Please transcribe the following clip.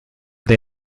they